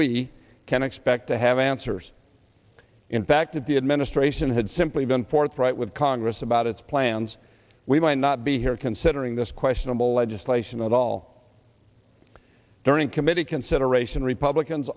we can expect to have answers in fact of the administration had simply been forthright with congress about its plans we might not be here considering this questionable legislation at all during committe